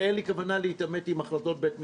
ואין לי כוונה להתעמת עם החלטות בית משפט,